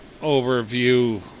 overview